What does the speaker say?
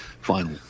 final